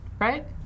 right